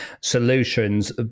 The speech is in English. solutions